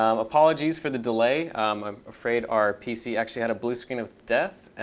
um apologies for the delay. i'm afraid our pc actually had a blue screen of death.